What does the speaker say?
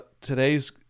Today's